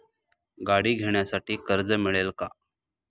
गाडी घेण्यासाठी कर्ज मिळेल का?